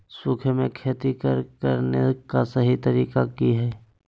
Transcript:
सूखे में खेती करने का सही तरीका की हैय?